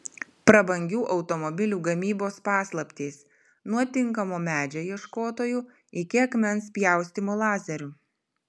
prabangių automobilių gamybos paslaptys nuo tinkamo medžio ieškotojų iki akmens pjaustymo lazeriu